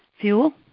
fuel